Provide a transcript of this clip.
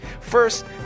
First